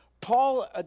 Paul